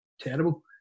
Terrible